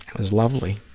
was lovely